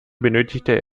benötigte